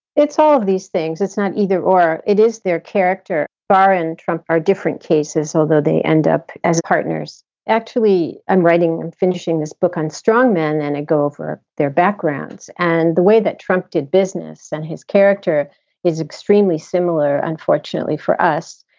it's all of these things. it's not either or it is their character. far and trump are different cases, although they end up as partners actually, and writing, finishing this book on strong men and a go for their backgrounds and the way that trump did business and his character is extremely similar. unfortunately for us,